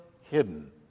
hidden